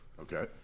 Okay